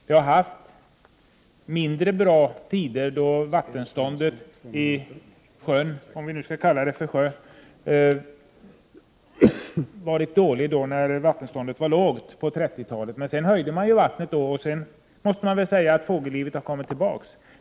Det har varit mindre bra tider, t.ex. på 30-talet, då vattenståndet i sjön — om man nu kan kalla den för sjö — var lågt. Men sedan höjde man vattennivån, och fågellivet kom tillbaka.